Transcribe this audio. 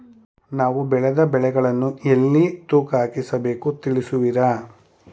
ನಾವು ಬೆಳೆದ ಬೆಳೆಗಳನ್ನು ಎಲ್ಲಿ ತೂಕ ಹಾಕಿಸಬೇಕು ತಿಳಿಸುವಿರಾ?